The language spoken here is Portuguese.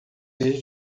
vez